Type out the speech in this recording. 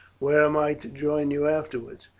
where am i to join you afterwards?